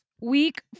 week